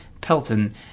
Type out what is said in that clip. Pelton